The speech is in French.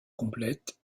complète